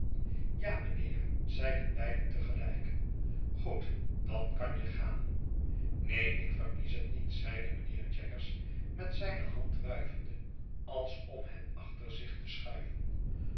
ja mijnheer zeiden beiden te gelijk goed dan kan je gaan neen ik verkies het niet zeide mijnheer jaggers met zijne hand wuivende als om hen achter zich te schuiven